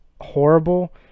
horrible